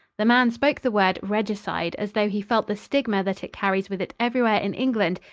the man spoke the word regicide as though he felt the stigma that it carries with it everywhere in england,